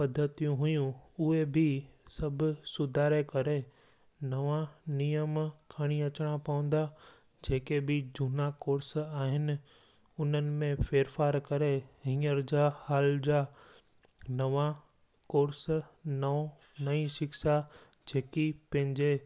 पध्धतियूं हुयूं उहे बि सभु सुधारे करे नवां नियम खणी अचिणा पवंदा जेके बि झूना कोर्स आहिनि उन्हनि में फेर फार करे हींअर जा हाल जा नवां कोर्स नओं नई शिक्षा जेकी पंहिंजे